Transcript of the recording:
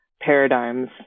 paradigms